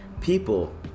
people